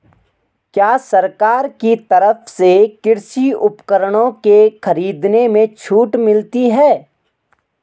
क्या सरकार की तरफ से कृषि उपकरणों के खरीदने में छूट मिलती है?